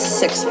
six